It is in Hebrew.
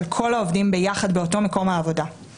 של כל העובדים ביחד באותו מקום עבודה.